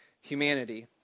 humanity